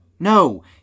No